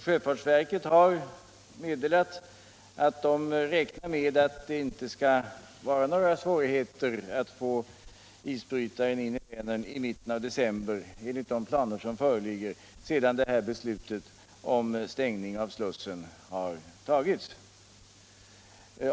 Sjöfartsverket har emellertid meddelat att man räknar med att det inte skall vara några svårigheter att få isbrytaren in i Vänern i mitten av december, enligt de planer som föreligger sedan det här beslutet om stängning av slussen har fattats.